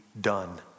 done